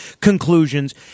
conclusions –